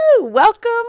Welcome